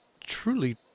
Truly